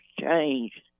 changed